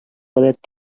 гадәт